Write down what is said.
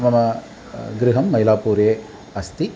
मम गृहं मैलापुरे अस्ति